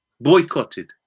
boycotted